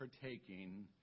partaking